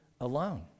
alone